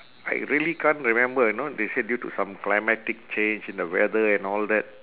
I really can't remember you know they say due to some climatic change in the weather and all that